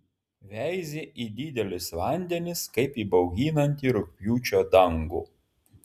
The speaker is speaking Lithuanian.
veizi į didelius vandenis kaip į bauginantį rugpjūčio dangų